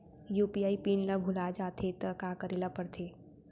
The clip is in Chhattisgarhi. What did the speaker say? यू.पी.आई पिन ल भुला जाथे त का करे ल पढ़थे?